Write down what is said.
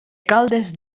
caldes